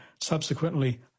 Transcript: subsequently